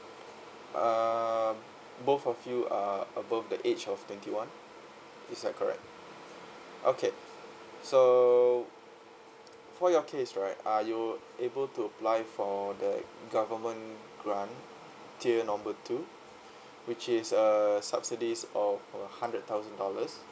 err both of you are above the age of twenty one is that correct okay so for your case right uh you able to apply for the government grant tier number two which is err subsidies of a hundred thousand dollars